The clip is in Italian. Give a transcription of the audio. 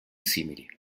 simili